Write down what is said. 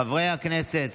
חברי הכנסת,